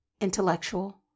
intellectual